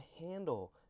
handle